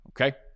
okay